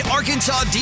Arkansas